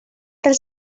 dels